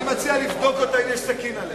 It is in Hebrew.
אני מציע לבדוק אותה, אם יש סכין עליה.